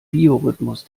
biorhythmus